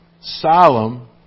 solemn